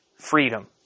freedom